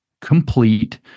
complete